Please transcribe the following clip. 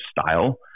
style